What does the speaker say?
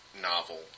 novel